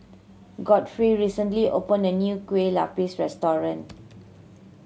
Godfrey recently opened a new Kueh Lapis restaurant